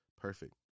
perfect